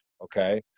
okay